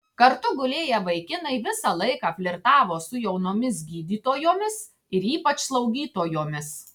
kartu gulėję vaikinai visą laiką flirtavo su jaunomis gydytojomis ir ypač slaugytojomis